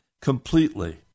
completely